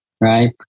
right